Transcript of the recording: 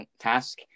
task